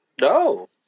No